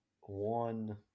one